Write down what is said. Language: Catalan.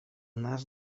nas